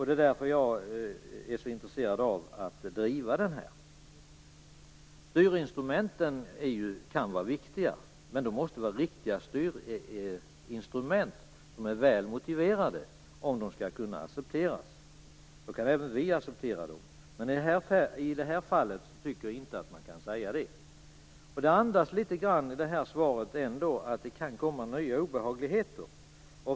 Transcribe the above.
Det är därför jag är så intresserad av att driva den. Styrinstrumenten kan vara viktiga. Men det måste vara riktiga styrinstrument som är väl motiverade om de skall kunna accepteras. Då kan även vi acceptera dem. Men i det här fallet tycker jag inte att man kan säga det. Svaret andas ändå att det kan komma nya obehagligheter.